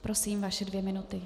Prosím, vaše dvě minuty.